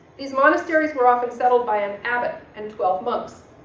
these monasteries were often settled by an abbot and twelve monks,